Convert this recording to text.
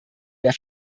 der